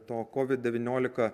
to covid devyniolika